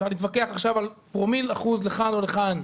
אפשר להתווכח עכשיו על פרומיל אחוז לכאן או לכאן,